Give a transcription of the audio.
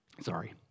Sorry